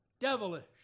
devilish